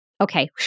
Okay